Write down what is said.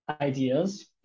ideas